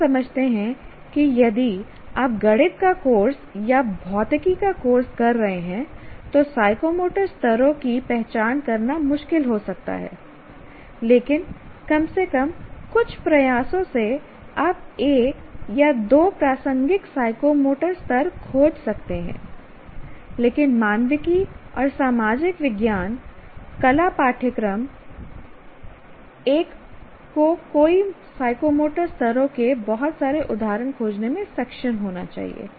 हम समझते हैं कि यदि आप गणित का कोर्स या भौतिकी का कोर्स कर रहे हैं तो साइकोमोटर स्तरों की पहचान करना मुश्किल हो सकता है लेकिन कम से कम कुछ प्रयासों से आप एक या दो प्रासंगिक साइकोमोटर स्तर खोज सकते हैं लेकिन मानविकी और सामाजिक विज्ञान कला पाठ्यक्रम एक को कई साइकोमोटर स्तरों के बहुत सारे उदाहरण खोजने में सक्षम होना चाहिए